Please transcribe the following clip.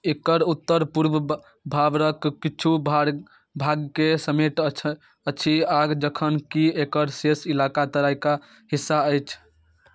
एकर उत्तर पूर्व भाबरक किछु भागके समेटने अछि आ जखन कि एकर शेष ईलाका तराइका हिस्सा अछि